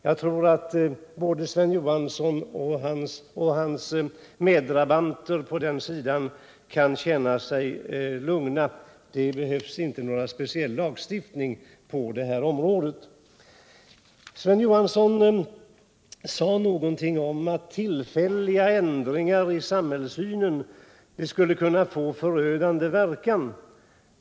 Jag tror att både Sven Johansson och hans drabanter kan känna sig lugna i det avseendet. Det behövs inte någon speciell lagstiftning på det här området. Sven Johansson sade vidare någonting om att tillfälliga ändringar i samhällssynen skulle kunna få förödande verkan.